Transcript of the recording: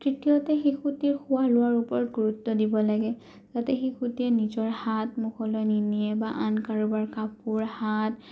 তৃতীয়তে শিশুটিৰ খোৱা লোৱাৰ ওপৰত গুৰুত্ব দিব লাগে যাতে শিশুটিয়ে নিজৰ হাত মুখলৈ নিনিয়ে বা আন কাৰোবাৰ কাপোৰ হাত